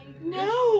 No